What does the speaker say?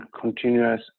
continuous